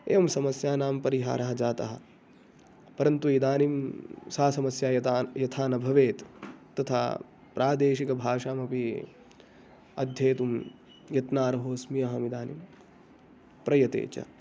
एवं समस्यानां परिहारः जातः परन्तु इदानीं सा समस्या यथा यथा न भवेत् तथा प्रादेशिकभाषामपि अध्येतुं यत्नार्हो अस्मि अहम् इदानीं प्रयते च